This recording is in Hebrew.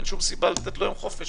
אין שום סיבה לתת לו יום חופש.